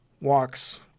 walks